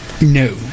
no